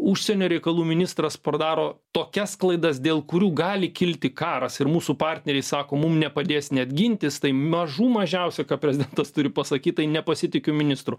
užsienio reikalų ministras daro tokias klaidas dėl kurių gali kilti karas ir mūsų partneriai sako mum nepadės net gintis tai mažų mažiausia ką prezidentas turi pasakyt tai nepasitikiu ministru